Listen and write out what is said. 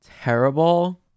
terrible